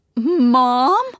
Mom